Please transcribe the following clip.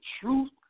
truth